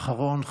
האחרון,